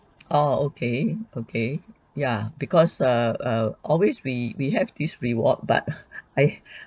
oh okay okay ya because err err always we we have this reward but I